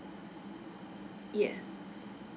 yes